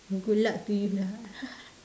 oh good luck to you lah